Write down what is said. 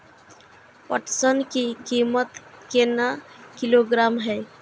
पटसन की कीमत केना किलोग्राम हय?